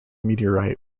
meteorite